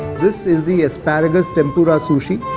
this is the asparagus tempura sushi.